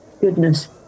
goodness